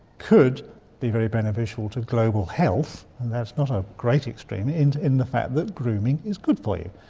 could be very beneficial to global health, and that's not a great extreme, in in the fact that grooming is good for you.